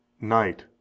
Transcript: night